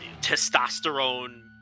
testosterone